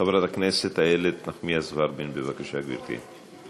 חברת הכנסת איילת נחמיאס ורבין, בבקשה, גברתי.